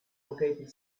located